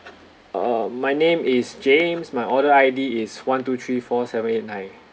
uh my name is james my order I_D is one two three four seven eight nine